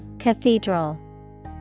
Cathedral